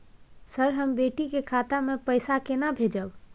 Sir, हम बेटी के खाता मे पैसा केना भेजब?